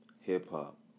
hip-hop